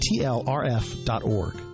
tlrf.org